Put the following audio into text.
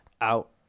out